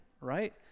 right